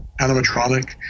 animatronic